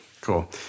Cool